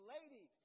Lady